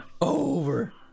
over